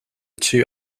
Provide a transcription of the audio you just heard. two